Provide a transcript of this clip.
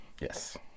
Yes